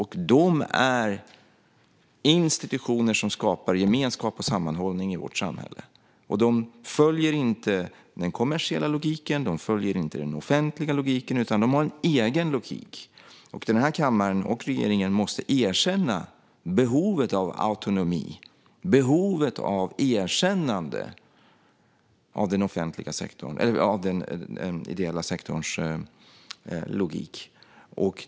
De är institutioner som skapar gemenskap och sammanhållning i vårt samhälle. De följer inte den kommersiella logiken och de följer inte den offentliga logiken, utan de har en egen logik. Den här kammaren och regeringen måste erkänna behovet av autonomi och erkännande av den ideella sektorns logik.